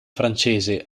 francese